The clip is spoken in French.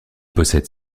possède